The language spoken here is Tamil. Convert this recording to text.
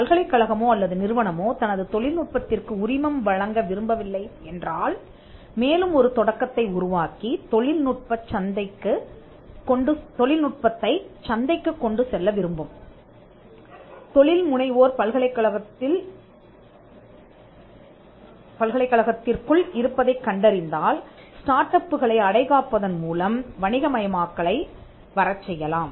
பல்கலைக் கழகமோ அல்லது நிறுவனமோ தனது தொழில்நுட்பத்திற்கு உரிமம் வழங்க விரும்பவில்லை என்றால் மேலும்ஒரு தொடக்கத்தை உருவாக்கி தொழில்நுட்பத்தைச் சந்தைக்கு கொண்டு செல்ல விரும்பும் தொழில் முனைவோர் பல்கலைக்கழகத்திற்குள் இருப்பதைக் கண்டறிந்தால் ஸ்டார்ட் அப்புகளை அடை காப்பதன் மூலம் வணிகமயமாக்கலை வரச் செய்யலாம்